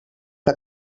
que